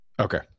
okay